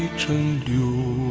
ah to you